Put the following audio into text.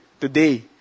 today